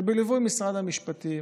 זה בליווי משרד המשפטים,